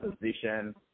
position